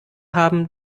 haben